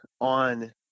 on